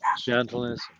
gentleness